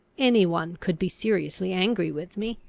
any one could be seriously angry with me.